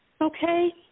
okay